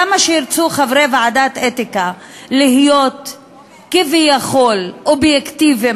כמה שירצו חברי ועדת האתיקה להיות כביכול אובייקטיביים